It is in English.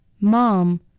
Mom